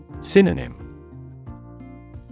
Synonym